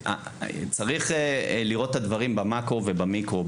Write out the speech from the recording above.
צריך לראות את הדברים במאקרו ובמיקרו.